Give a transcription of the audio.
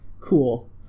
cool